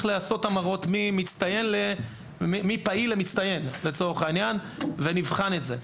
לעשות המרות ממעמד פעיל למעמד מצטיין ונבחן את זה.